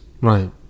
Right